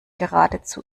geradezu